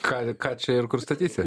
ką ką čia ir kur statysi